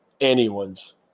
anyone's